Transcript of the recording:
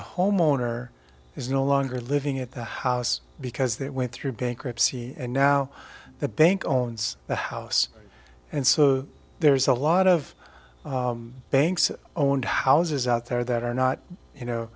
homeowner is no longer living at the house because they went through bankruptcy and now the bank owns the house and so there's a lot of banks owned houses out there that are not you know